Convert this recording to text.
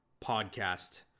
podcast